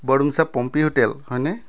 Bordumsa Pompi hotel হয়নে